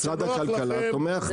משרד הכלכלה תומך.